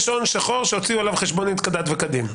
יש הון שחור שהוציאו עליו חשבונית כדת וכדין.